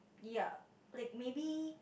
ya like maybe